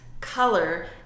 color